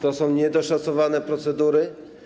To są niedoszacowane procedury.